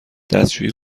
دستشویی